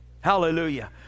hallelujah